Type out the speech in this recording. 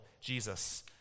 Jesus